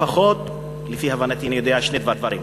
לפחות, לפי הבנתי, אני יודע שני דברים: